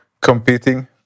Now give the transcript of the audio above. competing